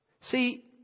See